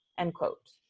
end quote.